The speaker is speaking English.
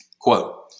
quote